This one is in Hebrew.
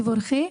תבורכי.